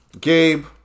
Gabe